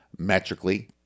Metrically